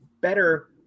better –